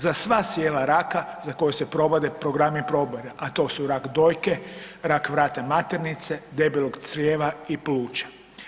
Za sva sijela raka za koje se provode programi probira, a to su rak dojke, rak vrata maternice, debelog crijeva i pluća.